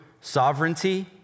sovereignty